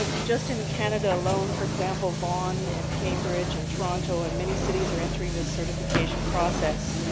ah just in canada alone, for example, vaughan and cambridge and toronto and many cities are entering this certification process.